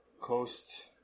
coast